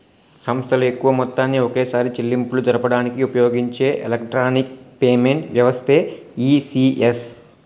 సంస్థలు ఎక్కువ మొత్తాన్ని ఒకేసారి చెల్లింపులు జరపడానికి ఉపయోగించే ఎలక్ట్రానిక్ పేమెంట్ వ్యవస్థే ఈ.సి.ఎస్